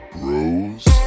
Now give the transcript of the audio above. Bros